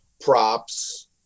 props